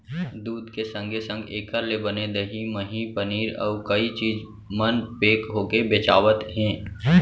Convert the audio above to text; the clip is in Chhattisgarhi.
दूद के संगे संग एकर ले बने दही, मही, पनीर, अउ कई चीज मन पेक होके बेचावत हें